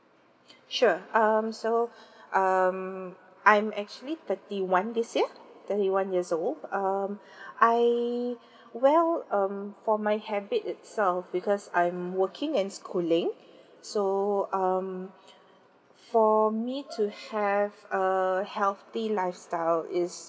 sure um so um I'm actually thirty one this year thirty one years old um I well um for my habit itself because I'm working and schooling so um for me to have a healthy lifestyle is